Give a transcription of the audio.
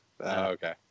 Okay